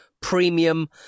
premium